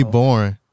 boring